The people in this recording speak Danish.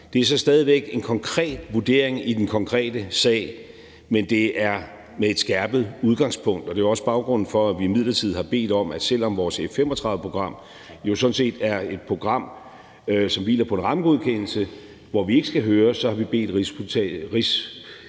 Der skal så stadig væk være en konkret vurdering i den konkrete sag, men det er med et skærpet udgangspunkt. Det er også baggrunden for, at vi, selv om vores F-35-program jo sådan set er et program, som hviler på en rammegodkendelse, hvor vi ikke skal høres, midlertidigt